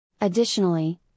Additionally